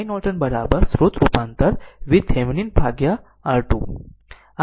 તેનો અર્થ એ છે કે iNorton સ્રોત રૂપાંતર VThevenin ભાગ્યા R2